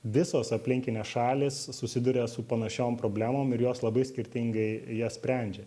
visos aplinkinės šalys susiduria su panašiom problemom ir jos labai skirtingai jas sprendžia